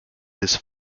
his